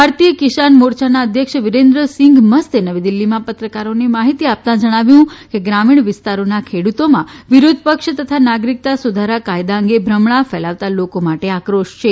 ભારતીય કિસાન મોરચાના અધ્યક્ષ વિરેન્દ્ર સિંઘ મસ્તે નવી દિલ્ફીમાં પત્રકારોને માહિતી આપતા જણાવ્યું કે ગ્રામીણ વિસ્તારોના ખેડૂતોના વિરોધ પક્ષ અને નાગરીકતા સુધારા કાયદા અંગે ભ્રમણા ફેલાવતા લોકો માટે આક્રોશ છે